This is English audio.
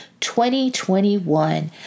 2021